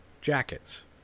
jackets